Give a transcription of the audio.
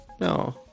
No